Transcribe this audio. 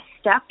step